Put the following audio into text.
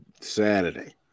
Saturday